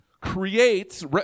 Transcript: creates